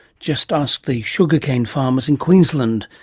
just ask the sugar cane farmers in queensland.